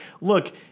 look